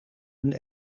een